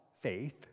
faith